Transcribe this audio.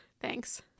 thanks